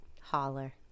holler